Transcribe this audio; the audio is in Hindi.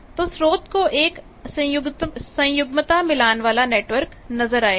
तो स्रोत को एक संयुग्मता मिलान बाला नेटवर्क नजर आएगा